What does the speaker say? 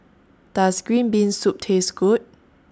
Does Green Bean Soup Taste Good